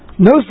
No